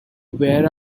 wear